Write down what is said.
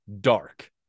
dark